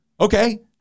Okay